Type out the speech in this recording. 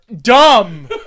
dumb